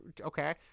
Okay